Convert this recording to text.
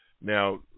Now